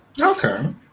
Okay